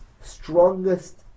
strongest